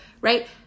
right